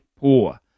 poor